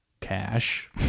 cash